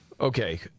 Okay